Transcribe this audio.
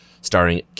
starring